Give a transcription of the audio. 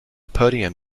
podium